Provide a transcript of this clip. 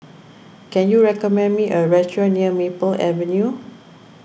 can you recommend me a restaurant near Maple Avenue